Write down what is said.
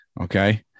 Okay